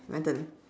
my turn